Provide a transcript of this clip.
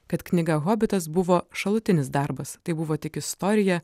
kad knyga hobitas buvo šalutinis darbas tai buvo tik istorija